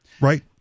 right